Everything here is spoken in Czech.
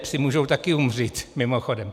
Psi můžou taky umřít, mimochodem.